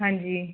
ਹਾਂਜੀ